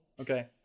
okay